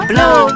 Blow